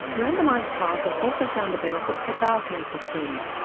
randomised trials have also found a benefit for bowel cancer screening.